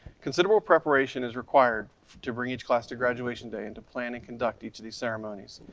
considerable preparation is required to bring each class to graduation day, and to plan and conduct each of these ceremonies.